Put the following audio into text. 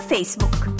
Facebook